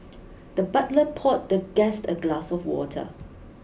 the butler poured the guest a glass of water